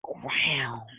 ground